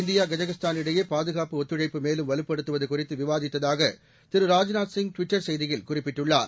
India Kazakhstan இடையே பாதுகாப்பு ஒத்துழைப்பு மேலும் வலுப்படுத்துவது குறித்து விவாதித்ததாக திரு ராஜ்நாத்சிங் டுவிட்டர் செய்தியில் குறிப்பிட்டுள்ளார்